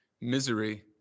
Misery